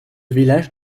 village